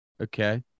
okay